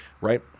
right